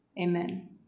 Amen